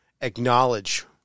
acknowledge